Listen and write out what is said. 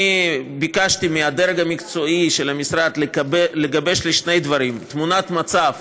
ביקשתי מהדרג המקצועי של המשרד לגבש לי שני דברים: תמונת מצב,